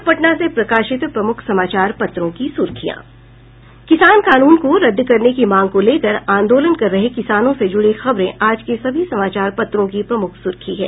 अब पटना से प्रकाशित प्रमुख समाचार पत्रों की सुर्खियां किसान कानून को रद्द करने की मांग को लेकर आंदोलन कर रहे किसानों से जुड़ी खबरें आज के सभी समाचार पत्रों की प्रमुख सुर्खी है